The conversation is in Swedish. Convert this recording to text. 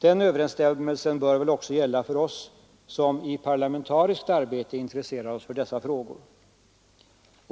Den överensstämmelsen bör också gälla för oss, som i parlamentariskt arbete intresserar oss för dessa frågor.